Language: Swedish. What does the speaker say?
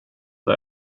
vad